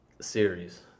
series